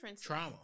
trauma